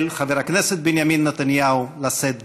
חבר הכנסת בנימין נתניהו לשאת דברים.